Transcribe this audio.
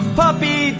puppy